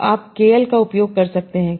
तो आप केएल का उपयोग कर सकते हैं